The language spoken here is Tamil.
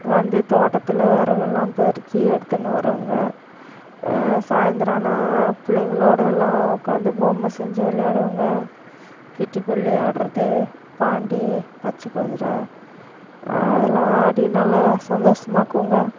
வந்து தோட்டத்தில் விறகெல்லாம் பொறுக்கி எடுத்துன்னு வருவோங்க சாய்ந்திரம் ஆனால் பிள்ளைங்களோட எல்லாம் உட்காந்து பொம்மை செஞ்சு விளையாடுவோங்க கிட்டிப்புள் ஆடுகிறது பாண்டி பச்சைக் குதிரை அதெல்லாம் ஆடி நல்லா சந்தோஷமா இருக்குங்க